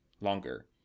longer